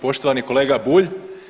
Poštovani kolega Bulj.